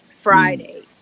Friday